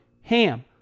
HAM